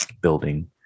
building